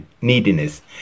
neediness